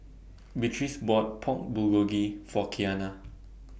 Beatrice bought Pork Bulgogi For Keanna